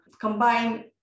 combine